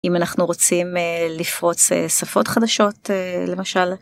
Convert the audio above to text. אם אנחנו רוצים לפרוץ שפות חדשות למשל.